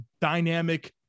dynamic